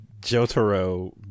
jotaro